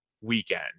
weekend